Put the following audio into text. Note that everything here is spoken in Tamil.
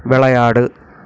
விளையாடு